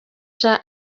igihe